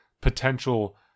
potential